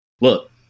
look